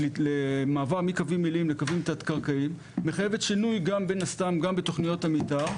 המעבר מקווים עיליים לקווים תת-קרקעיים מחייבת שינוי גם בתכנית המתאר,